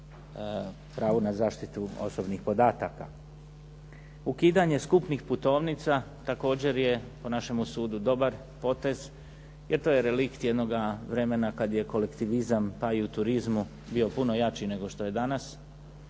Ukidanje skupnih putovnica također je po našemu sudu dobar potez, jer to je relikt jednoga vremena kada je kolektivizam pa i u turizmu bio puno jači nego što je danas